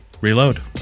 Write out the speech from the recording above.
reload